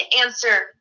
answer